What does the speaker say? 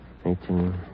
eighteen